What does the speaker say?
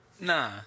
Nah